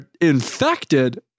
infected